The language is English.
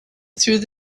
through